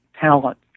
talent